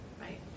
right